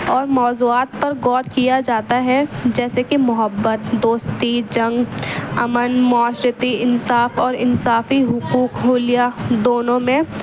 اور موضوعات پر غور کیا جاتا ہے جیسے کہ محبت دوستی جنگ امن معاشرتی انصاف اور انصافی حقوق حلیہ دونوں میں